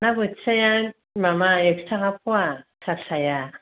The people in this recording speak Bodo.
ना बोथियाया माबा एकस' थाखा पवा फिसा फिसाया